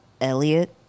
Elliot